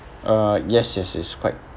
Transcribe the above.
uh yes yes it's quite